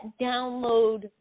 Download